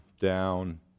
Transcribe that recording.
down